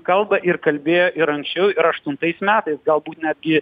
kalba ir kalbėjo ir anksčiau ir aštuntais metais galbūt netgi